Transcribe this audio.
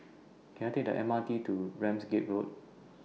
Can I Take The M R T to Ramsgate Road